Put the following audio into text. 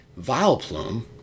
Vileplume